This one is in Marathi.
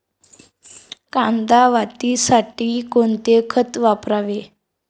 कांदा वाढीसाठी कोणते खत वापरावे?